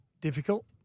Difficult